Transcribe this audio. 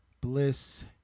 Bliss